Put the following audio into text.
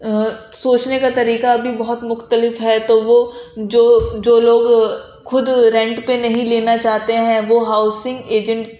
سوچنے کا طریقہ بھی بہت مختلف ہے تو وہ جو جو لوگ خود رینٹ پہ نہیں لینا چاہتے ہیں وہ ہاؤسنگ ایجنٹ